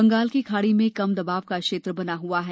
बंगाल की खाड़ी में कम दबाव का क्षेत्र बना हुआ है